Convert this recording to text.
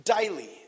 Daily